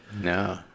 No